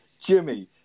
Jimmy